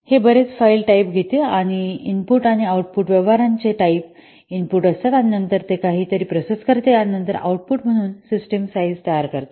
हे बरेच फाइल टाईपा घेते आणि इनपुट आणि आउटपुट व्यवहाराचे टाईप इनपुट असतात आणि नंतर ते काहीतरी प्रोसेस करते आणि नंतर आउटपुट म्हणून सिस्टम साईझ तयार करते